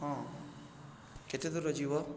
ହଁ କେତେ ଦୂର ଯିବ